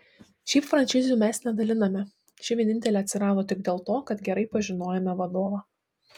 šiaip frančizių mes nedaliname ši vienintelė atsirado tik dėl to kad gerai pažinojome vadovą